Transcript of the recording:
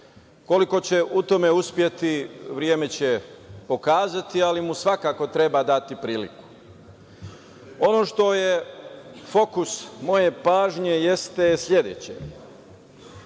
Koliko će u tome uspeti, vreme će pokazati, ali mu svakako treba dati priliku. Ono što je fokus moje pažnje jeste sledeće.